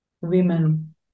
women